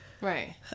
Right